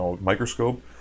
microscope